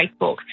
Facebook